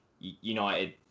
United